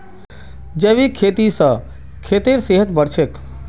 जैविक खेती स खेतेर सेहत बढ़छेक